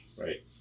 right